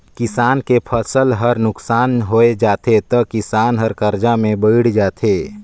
किसान के फसल हर नुकसान होय जाथे त किसान हर करजा में बइड़ जाथे